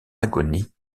agonie